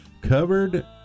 covered